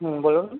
হুম বলুন